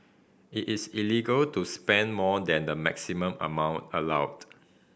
it is illegal to spend more than the maximum amount allowed